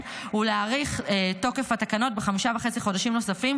ולהאריך את תוקף התקנות בחמישה וחצי חודשים נוספים,